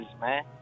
man